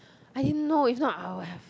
I didn't know if not I would have